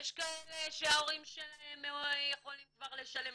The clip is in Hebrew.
יש כאלה שההורים שלהם יכולים כבר לשלם,